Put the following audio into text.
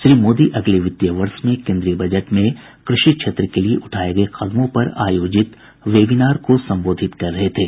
श्री मोदी अगले वित्तीय वर्ष में केंद्रीय बजट में कृषि क्षेत्र के लिए उठाए गए कदमों पर आयोजित वेबिनार को संबोधित कर रहे थे